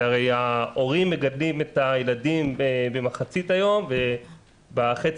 הרי ההורים מגדלים את הילדים במחצית היום ובחצי